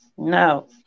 No